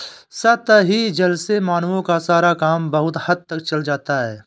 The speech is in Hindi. सतही जल से मानवों का सारा काम बहुत हद तक चल जाता है